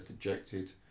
dejected